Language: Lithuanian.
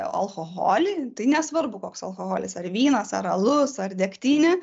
alkoholį tai nesvarbu koks alkoholis ar vynas ar alus ar degtinė